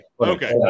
okay